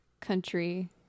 country